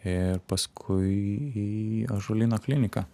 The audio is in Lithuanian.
ir paskui į ąžuolyno kliniką